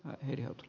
kyse